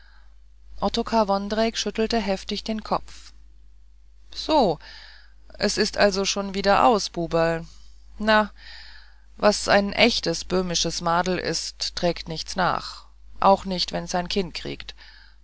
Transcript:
ottokar vondrejc schüttelte heftig den kopf so es ist also schon wieder aus buberl na was ein ächtes böhmisches madel is trägt nichts nach auch nicht wenn's ein kind kriegt